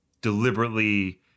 deliberately